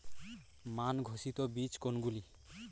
মান ঘোষিত বীজ কোনগুলি?